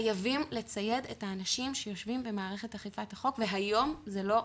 חייבים לצייד את האנשים שיושבים במערכת אכיפת החוק והיום זה לא מספק.